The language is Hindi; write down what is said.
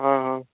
हाँ हाँ